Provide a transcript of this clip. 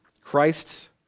Christ